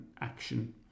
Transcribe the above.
action